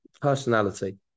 Personality